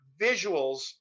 visuals